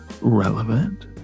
Relevant